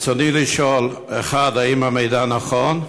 רצוני לשאול: 1. האם המידע נכון?